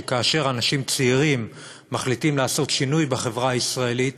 שכאשר אנשים צעירים מחליטים לעשות שינוי בחברה הישראלית,